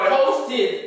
posted